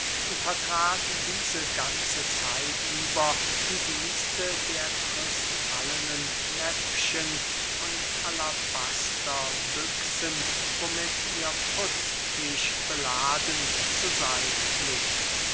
vertrat diese ganze zeit über die dienste der krystallenen näpfchen und alabasterbüchsen womit ihr putztisch beladen zu seyn pflegt